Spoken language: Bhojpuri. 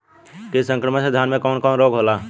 कीट संक्रमण से धान में कवन कवन रोग होला?